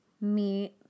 meat